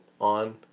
on